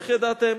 איך ידעתם?